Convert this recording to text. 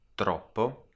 Troppo